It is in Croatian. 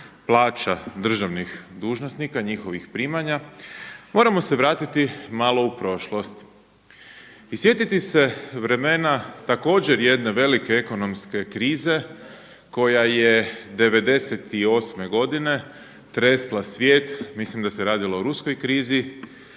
plaća državnih dužnosnika i njihovih primanja, moramo se vratiti malo u prošlost i sjetiti se vremena također jedne velike ekonomske krize koja je 1998. godine tresla svijet, mislim da se radilo o ruskoj krizi,